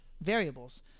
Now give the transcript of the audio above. variables